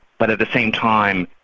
but at the same time,